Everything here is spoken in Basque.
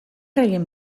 egin